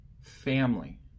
family